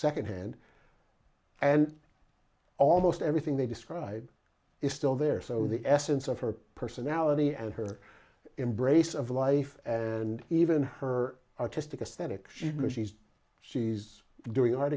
secondhand and almost everything they describe is still there so the essence of her personality and her embrace of life and even her artistic ascetic shouldn't she's she's doing ar